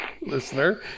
listener